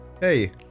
hey